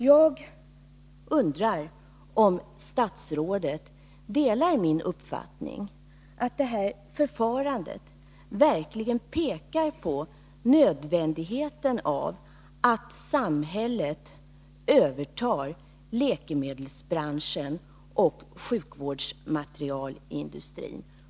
Jag undrar om statsrådet delar min uppfattning att det här förfarandet pekar på nödvändigheten av att samhället övertar läkemedelsbranschen och sjukvårdsmaterielindustrin.